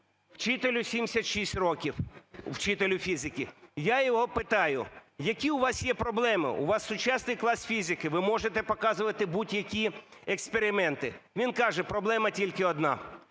вчителю 76 років, вчителю фізики. Я його питаю: які у вас є проблеми? У вас сучасний клас фізики, ви можете показувати будь-які експерименти. Він каже: "Проблема тільки одна: